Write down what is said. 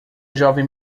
jovem